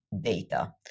data